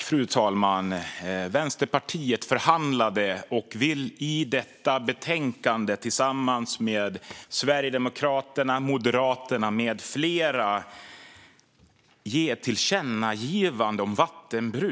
Fru talman! Vänsterpartiet har förhandlat och vill i detta betänkande tillsammans med Sverigedemokraterna, Moderaterna med flera ge ett tillkännagivande om vattenbruk.